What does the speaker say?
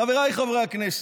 חבריי חברי הכנסת,